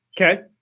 okay